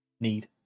need